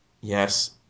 Yes